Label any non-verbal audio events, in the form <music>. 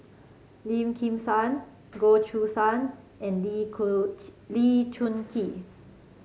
Lim Kim San Goh Choo San and Lee <unintelligible> Lee Choon Kee